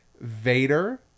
Vader